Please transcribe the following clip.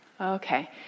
Okay